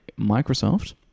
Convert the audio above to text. Microsoft